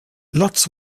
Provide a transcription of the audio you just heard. lots